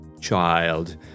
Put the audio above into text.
child